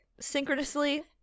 synchronously